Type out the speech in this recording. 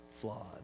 flawed